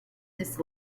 his